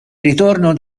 ritorno